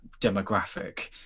demographic